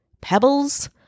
Pebbles